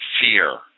fear